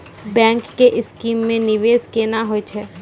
Bank के scheme मे निवेश केना होय छै?